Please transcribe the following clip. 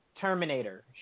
Terminator